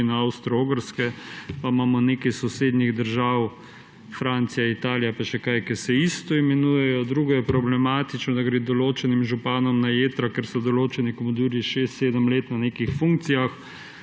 Avstro-Ogrske, pa imamo nekaj sosednjih držav, Francija, Italija pa še kaj, kjer se enako imenujejo. Drugo, kar je problematično, je, da gre določenim županom na jetra, ker so določeni komandirji šest, sedem let na nekih funkcijah.